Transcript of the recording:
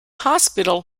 hospital